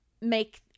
make